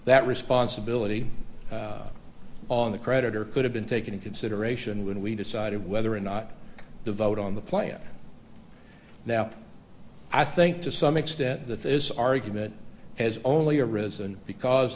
that responsibility on the creditor could have been taken in consideration when we decided whether or not to vote on the plan now i think to some extent that this argument has only arisen because